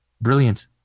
brilliant